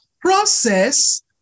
process